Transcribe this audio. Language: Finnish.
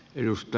puhemies